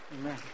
Amen